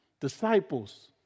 Disciples